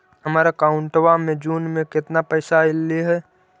हमर अकाउँटवा मे जून में केतना पैसा अईले हे?